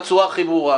בצורה הכי ברורה,